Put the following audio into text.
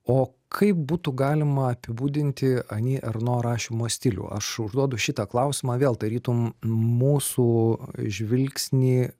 o kaip būtų galima apibūdinti ani erno rašymo stilių aš užduodu šitą klausimą vėl tarytum mūsų žvilgsnį